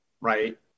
right